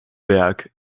werk